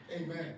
Amen